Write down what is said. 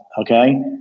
okay